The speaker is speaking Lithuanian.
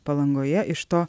palangoje iš to